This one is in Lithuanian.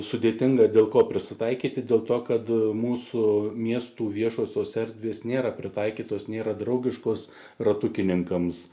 sudėtinga dėl ko prisitaikyti dėl to kad mūsų miestų viešosios erdvės nėra pritaikytos nėra draugiškos ratukininkams